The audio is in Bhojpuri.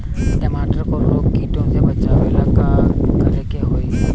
टमाटर को रोग कीटो से बचावेला का करेके होई?